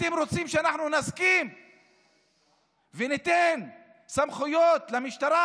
אתם רוצים שאנחנו נסכים וניתן סמכויות למשטרה